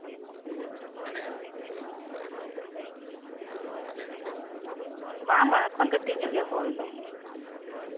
ᱵᱟᱝ ᱵᱟᱝ ᱮᱠᱷᱚᱱ ᱠᱟᱹᱴᱤᱡ ᱧᱚᱜ ᱜᱮᱭᱟ ᱠᱚᱞ ᱫᱚ